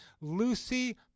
Lucy